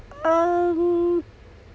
um